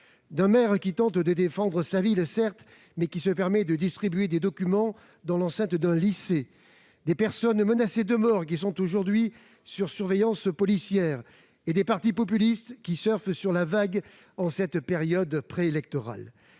d'un maire qui tente de défendre sa ville, certes, mais qui se permet de distribuer des documents dans l'enceinte d'un lycée, de personnes menacées de mort qui sont aujourd'hui sous protection policière et de partis populistes qui surfent sur la vague en cette période préélectorale.